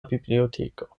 biblioteko